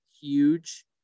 huge